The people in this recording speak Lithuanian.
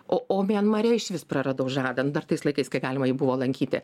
o o mianmare išvis praradau žadą nu dar tais laikais kai galima jį buvo lankyti